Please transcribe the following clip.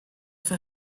for